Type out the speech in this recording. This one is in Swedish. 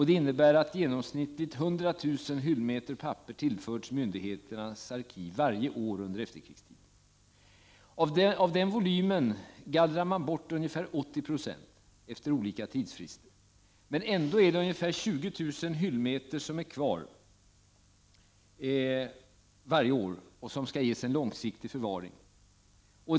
Det innebär att i genomsnitt 100 000 hyllmeter papper tillförts myndigheternas arkiv varje år under efterkrigstiden. Av den volymen gallras ungefär 80 26 bort efter olika tidsfrister, men ändå kvarstår ca 20000 hyllmeter handlingar varje år som skall ges en långsiktig förvaring.